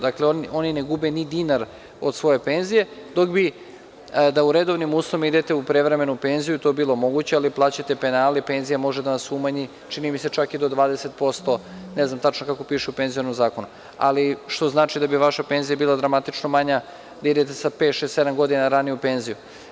Dakle, oni ne gube ni dinar od svoje penzije, dok bi da u redovnim uslovima idete u prevremenu penziju to bilo moguće, ali plaćate penale i penzija može da vam se umanji, čini mi se, čak i do 30%, ne znam tačno kako piše u penzionom zakonu, što znači da bi vaša penzija bila dramatično manja da idete sa pet, šest, sedam godina ranije u penziju.